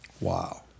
Wow